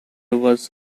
was